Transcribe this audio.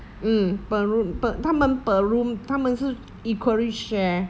mm per room pe~ 她们 per room 她们是 equally share